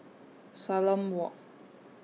Salam Walk